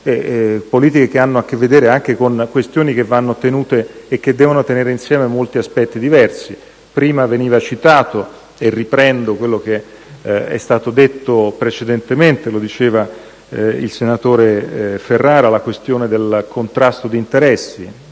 sono tante e hanno a che vedere anche con questioni che devono tenere insieme molti aspetti diversi. Prima veniva citata (e riprendo quello che è stato detto precedentemente dal senatore Ferrara) la questione del contrasto di interessi,